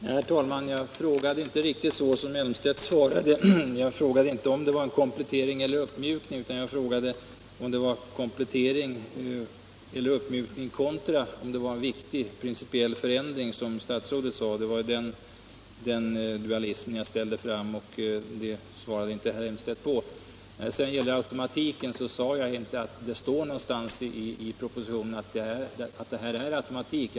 Herr talman! Jag frågade inte riktigt om det som herr Elmstedt svarade på. Jag frågade inte om det var en komplettering eller en uppmjukning, jag frågade om det var komplettering eller uppmjukning kontra en viktig principiell förändring, som statsrådet sade. Det var den dualismen jag ställde fram, och det svarade inte herr Elmstedt på. När det sedan gäller automatiken sade jag inte att det står i propositionen att detta är automatik.